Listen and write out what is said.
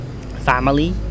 family